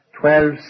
Twelve